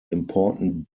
important